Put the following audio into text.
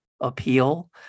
appeal